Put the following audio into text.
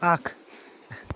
اکھ